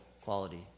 quality